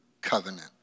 covenant